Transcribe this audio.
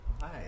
Hi